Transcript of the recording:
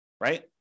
right